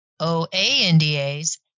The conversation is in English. OANDAs